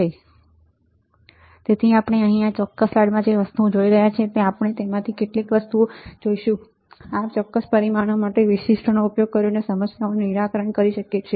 RL≥10kΩ RL≥2kΩ V RL≥10kΩ RL≥2kΩ ±12 ±14 ±10 ±13 તેથી આપણે અહીં આ ચોક્કસ સ્લાઇડમાં જે વસ્તુઓ જોઈ રહ્યા છીએ તે આપણે તેમાંથી કેટલીક પણ જોઈશું કે કેવી રીતે આપણે આ ચોક્કસ પરિમાણો માટે આ વિશિષ્ટનો ઉપયોગ કરીને સમસ્યાઓનું નિરાકરણ કરી શકીએ